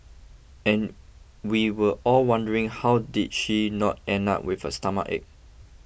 and we were all wondering how did she not end up with a stomachache